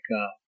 up